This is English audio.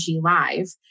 Live